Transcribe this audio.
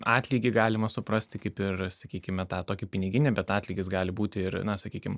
atlygį galima suprasti kaip ir sakykime tą tokį piniginį bet atlygis gali būti ir na sakykim